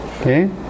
okay